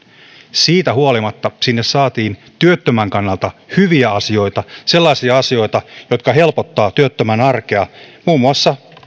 siitä huolimatta sinne saatiin työttömän kannalta hyviä asioita sellaisia asioita jotka helpottavat työttömän arkea muun muassa